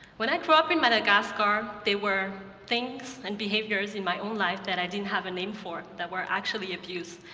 when i grew up in madagascar, there were things and behaviors in my own life that i didn't have a name for that were actually abuse.